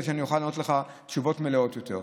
כדי שאני אוכל לענות לך תשובות מלאות יותר.